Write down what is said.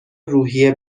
روحیه